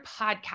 podcast